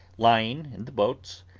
lying in the boats,